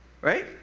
Right